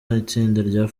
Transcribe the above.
rya